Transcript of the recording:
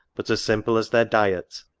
but as simple as their diet